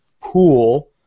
pool